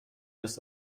des